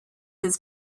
his